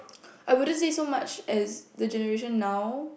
I wouldn't say so much as the generation now